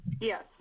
Yes